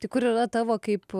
tai kur yra tavo kaip